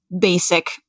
basic